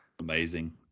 Amazing